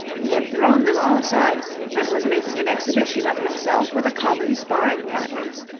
he had thrown them all aside and was making an exhibition of himself with a common sparring-partner.